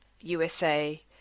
USA